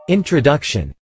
Introduction